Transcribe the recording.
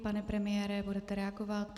Pane premiére, budete reagovat?